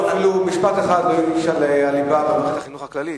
אפילו משפט אחד הוא לא הקדיש לליבה במערכת החינוך הכללית,